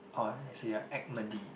orh actually ya actmedy